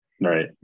Right